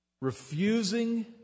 refusing